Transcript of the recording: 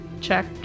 check